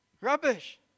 Rubbish